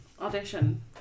Audition